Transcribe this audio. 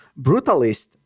brutalist